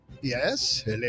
Yes